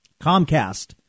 Comcast